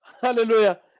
hallelujah